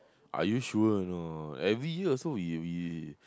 are you sure or not every year also we we